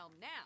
now